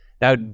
Now